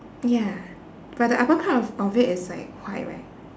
ya but the upper part of of it is like white right